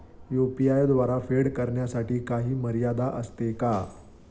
UPI द्वारे फेड करण्यासाठी काही मर्यादा असते का?